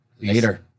later